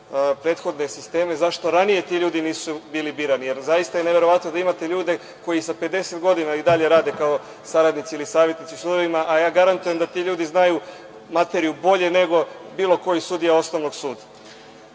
prethodne sisteme zašto ranije ti ljudi nisu bili birani, jer zaista je neverovatno da imate ljude koji sa 50 godina i dalje rade kao saradnici ili savetnici u sudovima, a garantujem da ti ljudi znaju materiju bolje nego bilo koji sudija osnovnog